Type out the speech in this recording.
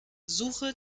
suche